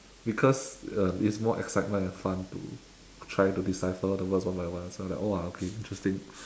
because uh it's more excitement and fun to try to decipher the words on my own so I'm like !wah! okay interesting